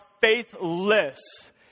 faithless